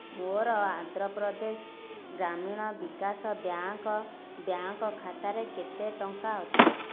ମୋର Andhra Pradesh Grameena Vikas bank bank ଖାତାରେ କେତେ ଟଙ୍କା ଅଛି